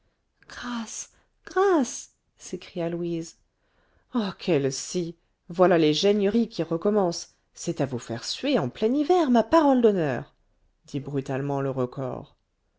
grâce grâce s'écria louise ah quelle scie voilà les geigneries qui recommencent c'est à vous faire suer en plein hiver ma parole d'honneur dit brutalement le recors